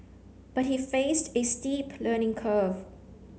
but he faced a steep learning curve